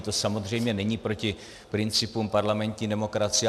To samozřejmě není proti principům parlamentní demokracie.